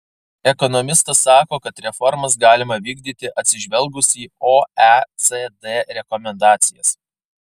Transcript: ekonomistas sako kad reformas galima vykdyti atsižvelgus į oecd rekomendacijas